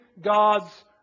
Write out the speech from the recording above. God's